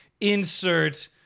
Insert